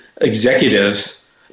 executives